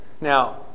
Now